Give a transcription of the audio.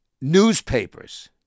newspapers